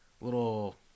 little